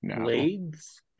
Blades